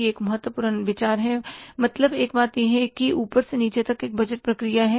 यह एक और महत्वपूर्ण विचार है मतलब एक बात यह है कि ऊपर से नीचे तक बजट प्रक्रिया है